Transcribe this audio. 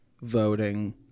voting